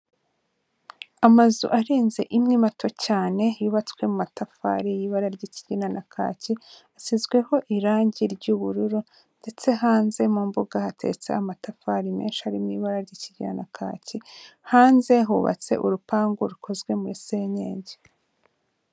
Amazu arenze imwe mato cyane yubatswe mu matafari y'ibara ry'ikigina na kaki, asizweho irangi ry'ubururu ndetse hanze mu mbuga hateretse amatafari menshi ari mu ibara ry'ikigina na kaki, hanze hubatse urupangu rukozwe muri senyenge.